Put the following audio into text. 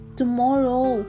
tomorrow